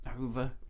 over